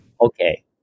Okay